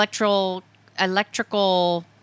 electrical